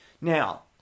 Now